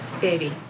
baby